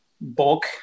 bulk